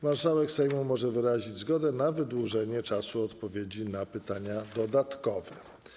Marszałek Sejmu może wyrazić zgodę na wydłużenie czasu odpowiedzi na pytania dodatkowe.